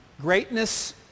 Greatness